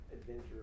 Adventure